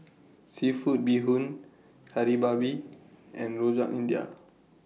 Seafood Bee Hoon Kari Babi and Rojak India